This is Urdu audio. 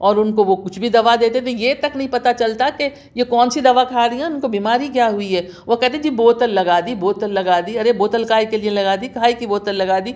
اور اُن وہ کو کچھ بھی دوا دے دیتے ہیں یہ تک نہیں پتہ چلتا کہ یہ کون سی دوا کھا رہی ہیں اُن کو بیماری کیا ہوئی ہے وہ کہتی ہیں جی بوتل لگا دی بوتل لگا دی ارے بوتل کاہے کے لئے لگا دی کاہے کی بوتل لگا دی